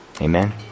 amen